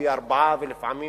פי-ארבעה ולפעמים